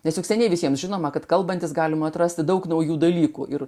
nes juk seniai visiems žinoma kad kalbantis galima atrasti daug naujų dalykų ir